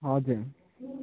हजुर